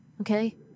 okay